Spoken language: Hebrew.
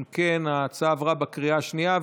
אם כן, ההצעה עברה בקריאה השנייה.